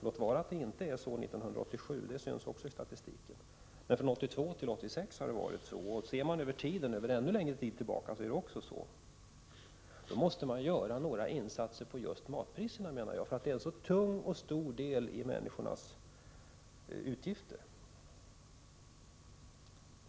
Låt vara att det inte var så 1987, det syns också i statistiken, men från 1982 till 1986 har det varit så och sett över ännu längre tid tillbaka har det också varit så. Matpriserna utgör en tung och stor del av människornas utgifter.